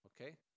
Okay